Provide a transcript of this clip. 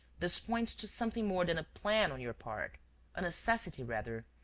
this points to something more than a plan on your part a necessity rather,